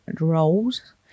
roles